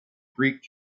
greek